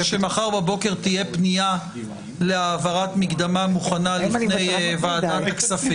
שמחר בבוקר תהיה פנייה להעברת מקדמה מוכנה לפני ועדת הכספים,